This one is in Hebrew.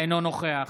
אינו נוכח